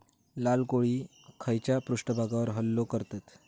लाल कोळी खैच्या पृष्ठभागावर हल्लो करतत?